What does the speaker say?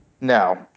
No